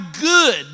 good